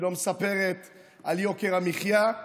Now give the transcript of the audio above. היא לא מספרת על יוקר המחיה,